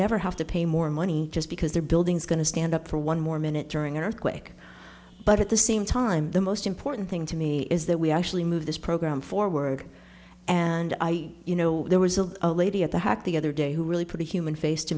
never have to pay more money just because they're building is going to stand up for one more minute during an earthquake but at the same time the most important thing to me is that we actually move this program forward and i you know there was a lady at the hack the other day who really put a human face to